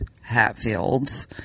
Hatfields